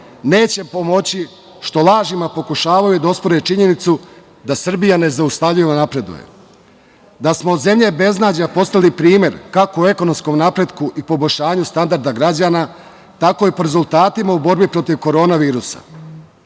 neće pomoći što lažima pokušavaju da ospore činjenicu da Srbija nezaustavljivo napreduje, da smo od zemlje beznađa postali primer kako u ekonomskom napretku i poboljšanju standarda građana, tako i po rezultatima u borbi protiv korona virusa.